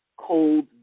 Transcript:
cold